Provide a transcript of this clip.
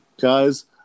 Guys